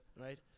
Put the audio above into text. Right